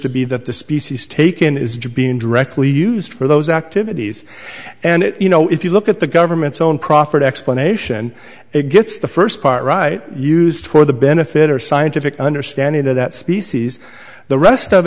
to be that the species taken is just being directly used for those activities and you know if you look at the government's own profit explanation it gets the first part right used for the benefit or scientific understanding of that species the rest of